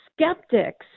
skeptics